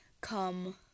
come